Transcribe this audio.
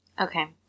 Okay